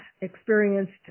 experienced